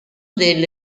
delle